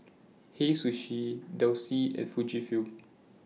Hei Sushi Delsey and Fujifilm